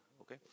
okay